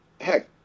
heck